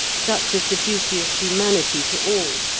such as the duty of humanity to all,